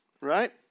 Right